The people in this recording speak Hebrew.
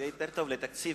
זה גם יותר תקציב.